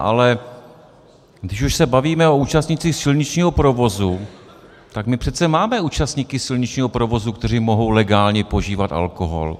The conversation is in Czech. Ale když už se bavíme o účastnících silničního provozu, tak my přece máme účastníky silničního provozu, kteří mohou legálně požívat alkohol.